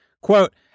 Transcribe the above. quote